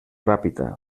ràpida